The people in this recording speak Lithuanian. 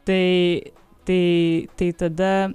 tai tai tai tada